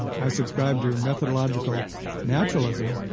i subscribe to methodological naturalism,